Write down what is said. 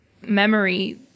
memory